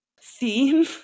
theme